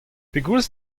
pegoulz